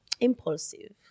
impulsive